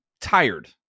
tired